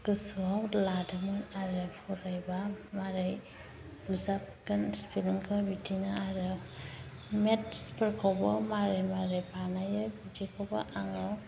गोसोआव लादोंमोन आरो फरायबा मारै बुजाबगोन स्पेलिंखौ बिदिनो आरो मेथ्सफोरखौबो माबोरै माबोरै बानायो बिदिखौबो आङो